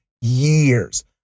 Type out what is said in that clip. years